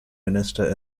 minister